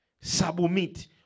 Submit